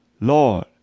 Lord